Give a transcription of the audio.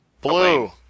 Blue